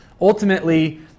Ultimately